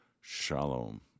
shalom